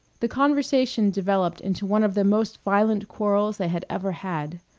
the conversation developed into one of the most violent quarrels they had ever had.